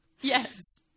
yes